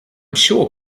sure